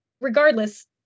regardless